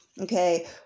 Okay